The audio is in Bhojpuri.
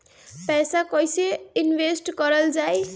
पैसा कईसे इनवेस्ट करल जाई?